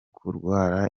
kurwara